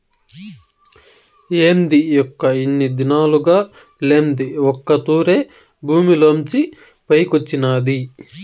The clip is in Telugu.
ఏంది మొక్క ఇన్ని దినాలుగా లేంది ఒక్క తూరె భూమిలోంచి పైకొచ్చినాది